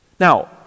Now